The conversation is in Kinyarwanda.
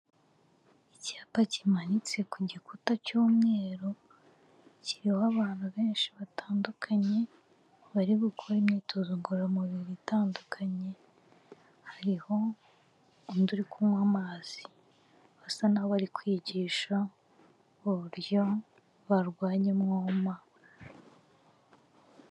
Icyapa kimanitse ku gikuta cy'umweru, kiriho abantu benshi batandukanye, bari gukora imyitozo ngoromubiri itandukanye, hariho undi uri kunywa amazi, basa n'abari kwigisha uburyo barwanya umwoma.